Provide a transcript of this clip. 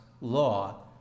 law